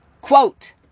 Quote